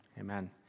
Amen